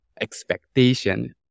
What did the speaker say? expectation